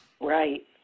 Right